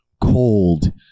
cold